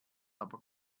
aber